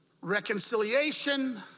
reconciliation